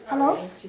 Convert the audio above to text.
hello